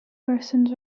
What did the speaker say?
persons